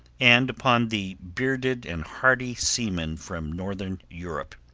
and upon the bearded and hardy seamen from northern europe.